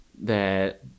that-